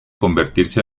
convertirse